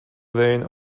lane